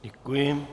Děkuji.